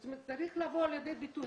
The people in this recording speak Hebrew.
זה צריך לבוא לידי ביטוי.